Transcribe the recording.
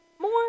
more